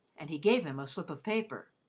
and he gave him a slip of paper.